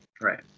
Right